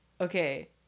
okay